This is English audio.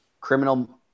criminal